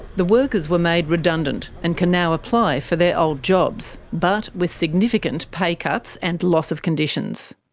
the workers were made redundant, and can now apply for their old jobs, but with significant pay cuts and loss of conditions.